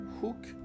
hook